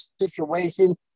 situation